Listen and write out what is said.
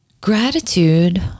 Gratitude